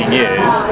years